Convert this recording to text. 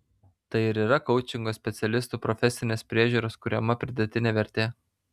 tai ir yra koučingo specialistų profesinės priežiūros kuriama pridėtinė vertė